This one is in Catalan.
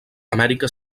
amèrica